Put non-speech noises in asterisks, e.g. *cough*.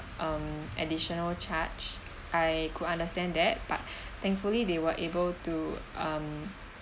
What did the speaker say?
um additional charge I could understand that but *breath* thankfully they were able to um